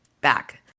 back